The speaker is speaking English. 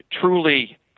truly